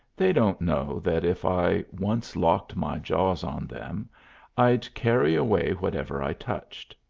they don't know that if i once locked my jaws on them i'd carry away whatever i touched.